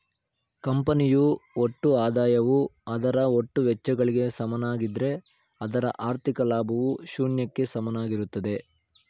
ಕಂಪನಿಯು ಒಟ್ಟು ಆದಾಯವು ಅದರ ಒಟ್ಟು ವೆಚ್ಚಗಳಿಗೆ ಸಮನಾಗಿದ್ದ್ರೆ ಅದರ ಹಾಥಿ೯ಕ ಲಾಭವು ಶೂನ್ಯಕ್ಕೆ ಸಮನಾಗಿರುತ್ತದೆ